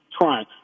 trying